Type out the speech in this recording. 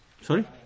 Sorry